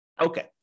Okay